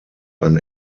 ein